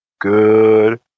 good